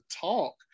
talk